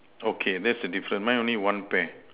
okay that's a different mine only one pear